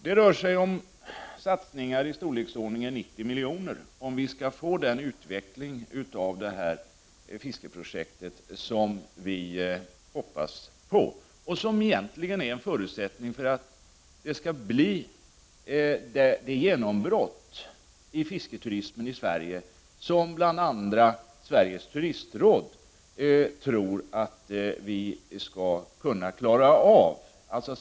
Det rör sig om satsningar i storleksordningen 90 milj.kr., om vi skall få den utveckling av detta fiskeprojekt som vi hoppas på — och som egentligen är en förutsättn. g för att vi skall få det genombrott i fisketurismen i Sverige som bl.a. Sveriges turistråd tror att vi skall kunna klara av.